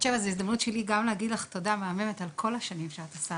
במשרד לבטחון הפנים.